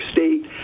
State